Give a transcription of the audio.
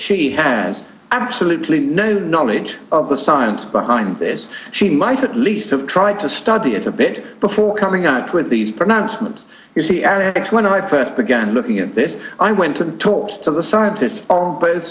she has absolutely no knowledge of the science behind this she might at least have tried to study it a bit before coming up with these pronouncements you see erik's when i first began looking at this i went and talked to the scientists on both